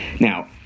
Now